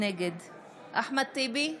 נגד אחמד טיבי,